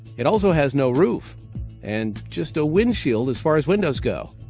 it also has no roof and just a windshield as far as windows go.